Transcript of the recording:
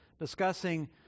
discussing